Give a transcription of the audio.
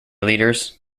leaders